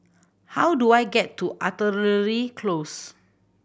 how do I get to Artillery Close